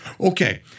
Okay